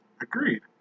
Agreed